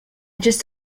just